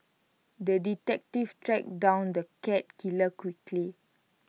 the detective tracked down the cat killer quickly